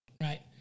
Right